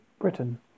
Britain